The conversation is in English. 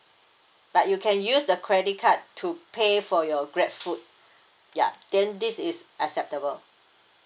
but you can use the credit card to pay for your grab food ya then this is acceptable